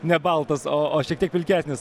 nebaltas o o šiek tiek pilkesnis